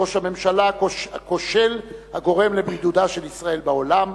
ראש ממשלה כושל הגורם לבידודה של ישראל בעולם.